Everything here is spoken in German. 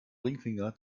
ringfinger